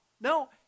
no